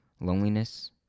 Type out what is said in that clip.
loneliness